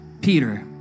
Peter